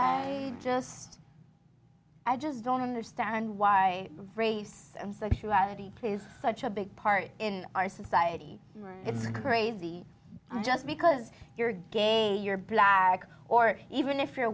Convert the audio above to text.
other just i just don't understand why race and sexuality is such a big part in our society it's crazy just because you're gay you're black or even if you're